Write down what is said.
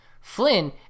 Flynn